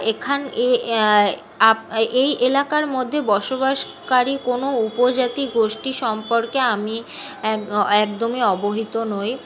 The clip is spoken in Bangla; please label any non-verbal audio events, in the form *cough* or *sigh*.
এখানে এ *unintelligible* এই এলাকার মধ্যে বসবাসকারী কোনো উপজাতি গোষ্ঠী সম্পর্কে আমি এক একদমই অবহিত নই